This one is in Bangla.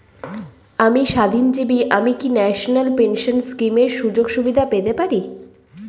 আমি স্বাধীনজীবী আমি কি ন্যাশনাল পেনশন স্কিমের সুযোগ সুবিধা পেতে পারি?